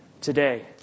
today